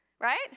right